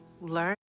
learn